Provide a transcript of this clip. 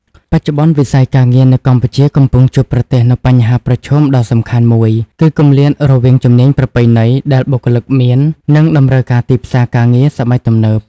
បច្ចុប្បន្ន វិស័យការងារនៅកម្ពុជាកំពុងជួបប្រទះនូវបញ្ហាប្រឈមដ៏សំខាន់មួយ គឺគម្លាតរវាងជំនាញប្រពៃណីដែលបុគ្គលិកមាន និងតម្រូវការទីផ្សារការងារសម័យទំនើប។